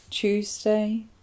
tuesday